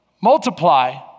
multiply